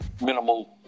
minimal